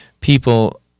people